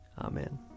Amen